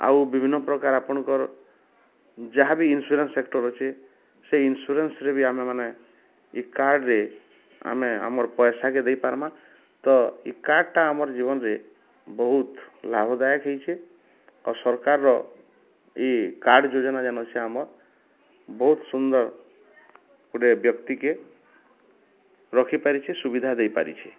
ଆଉ ବିଭିନ୍ନ ପ୍ରକାର ଆପଣଙ୍କର ଯାହାବି ଇନ୍ସୁରାନ୍ସ ସେକ୍ଟର୍ ଅଛି ସେ ଇନ୍ସୁରାନ୍ସରେ ବି ଆମେ ମାନେ ଏ କାର୍ଡ଼ରେ ଆମେ ଆମର ପଇସା କେ ଦେଇପାର୍ମା ତ ଏଇ କାର୍ଡ଼ଟା ଆମର୍ ଜୀବନରେ ବହୁତ ଲାଭ ଦାୟକ ହେଇଛେ ଆଉ ସରକାରର ଏ କାର୍ଡ଼ ଯୋଜନା ଜାନ ସେ ଆମର୍ ବହୁତ ସୁନ୍ଦର ଗୋଟେ ବ୍ୟକ୍ତିକେ ରଖିପାରିଛି ସୁବିଧା ଦେଇପାରିଛି